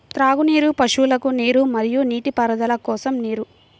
త్రాగునీరు, పశువులకు నీరు మరియు నీటిపారుదల కోసం నీరు